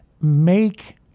make